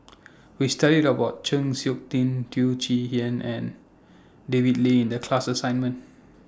We studied about Chng Seok Tin Teo Chee Hean and David Lee in The class assignment